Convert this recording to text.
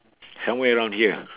somewhere around here